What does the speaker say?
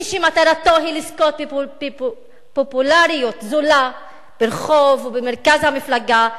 מי שמטרתו היא לזכות בפופולריות זולה ברחוב ובמרכז המפלגה,